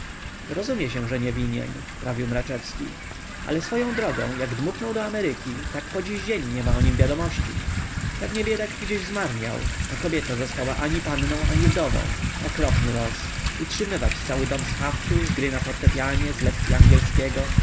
rozumie się że nie winien prawił mraczewski ale swoją drogą jak dmuchnął do ameryki tak podziśdzień niema o nim wiadomości pewnie biedak gdzieś zmarniał a kobieta została ani panną ani wdową okropny los utrzymywać cały dom z haftu z gry na fortepianie z lekcyi angielskiego